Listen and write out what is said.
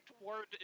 word